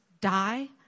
die